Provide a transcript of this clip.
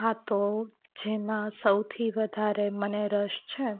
હા તો જેમાં સૌથી વધારે મને રસ છે